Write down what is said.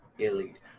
elite